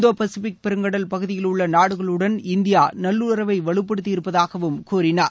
இந்தோ Pacific பெருங்கடல் பகுதியிலுள்ள நாடுகளுடன் இந்தியா நல்லுறவை வலுப்படுத்தியிருப்பதாக கூறினார்